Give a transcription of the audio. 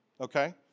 okay